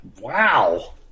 Wow